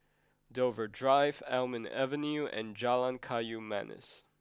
Dover Drive Almond Avenue and Jalan Kayu Manis